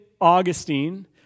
Augustine